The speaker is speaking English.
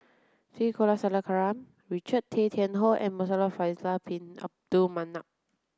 T Kulasekaram Richard Tay Tian Hoe and Muhamad Faisal Bin Abdul Manap